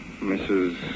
Mrs